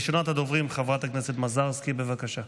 ראשונת הדוברים, חברת הכנסת מזרסקי, בבקשה.